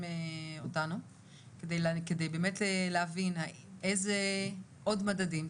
אותנו כדי באמת להבין איזה עוד מדדים.